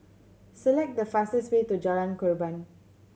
select the fastest way to Jalan Korban